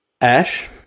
Ash